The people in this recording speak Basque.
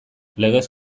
legez